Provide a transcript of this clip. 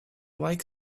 like